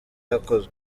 yakozwe